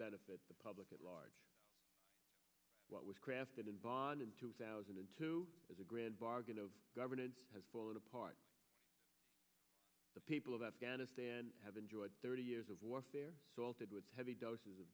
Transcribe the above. benefit the public at large what was crafted in bonn in two thousand and two as a grand bargain of government has fallen apart the people of afghanistan have enjoyed thirty years of warfare salted with heavy doses of